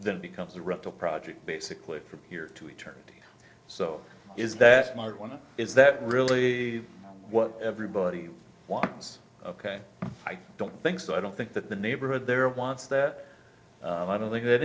then becomes a rental project basically from here to eternity so is that one is that really what everybody wants ok i don't think so i don't think that the neighborhood there wants that and i don't think that